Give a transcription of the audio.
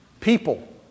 People